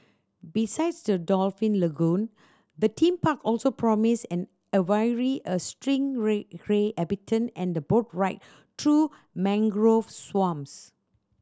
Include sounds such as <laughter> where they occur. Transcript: besides the dolphin lagoon the theme park also promise an aviary a <unintelligible> habitat and boat ride through mangrove swamps